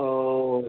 ओ